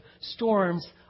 storms